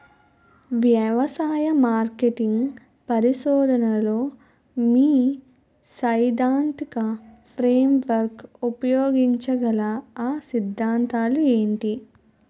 వ్యవసాయ మార్కెటింగ్ పరిశోధనలో మీ సైదాంతిక ఫ్రేమ్వర్క్ ఉపయోగించగల అ సిద్ధాంతాలు ఏంటి?